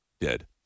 dead